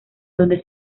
donde